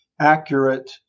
accurate